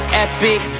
epic